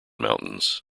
mountains